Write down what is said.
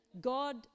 God